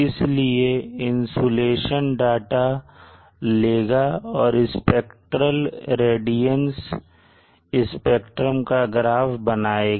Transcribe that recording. इसलिए insulation data लेगा और स्पेक्ट्रली रेडियंस स्पेक्ट्रम का ग्राफ बनाएगा